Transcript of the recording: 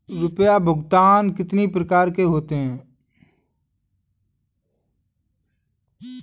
रुपया भुगतान कितनी प्रकार के होते हैं?